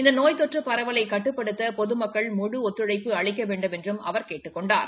இந்த நோய் தொற்று பரவலை கட்டுப்படுத்த பொதுமக்கள் முழு ஒத்துழைப்பு அளிக்க வேண்டுமென்றும் அவர் கேட்டுக் கொண்டார்